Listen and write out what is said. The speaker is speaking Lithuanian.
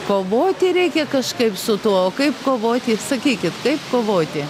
kovoti reikia kažkaip su tuo o kaip kovoti sakykit kaip kovoti